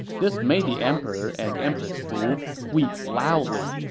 this made the emperor and empress fu weep loudly,